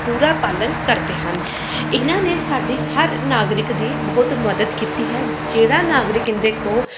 ਪੂਰਾ ਪਾਲਣ ਕਰਦੇ ਹਨ ਇਹਨਾਂ ਨੇ ਸਾਡੇ ਹਰ ਨਾਗਰਿਕ ਦੀ ਬਹੁਤ ਮਦਦ ਕੀਤੀ ਹੈ ਜਿਹੜਾ ਨਾਗਰਿਕ ਇਹਨਾਂ ਦੇ ਕੋਲ